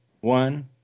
one